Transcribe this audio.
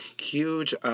huge